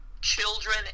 children